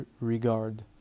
regard